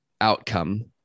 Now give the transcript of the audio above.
outcome